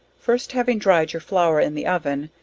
first having dried your flour in the oven,